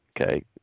okay